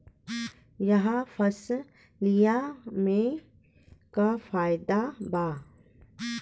यह फसलिया में का फायदा बा?